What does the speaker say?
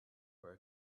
were